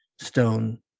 stone